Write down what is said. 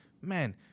man